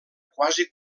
quasi